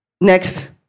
Next